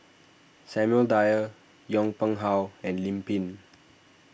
Samuel Dyer Yong Pung How and Lim Pin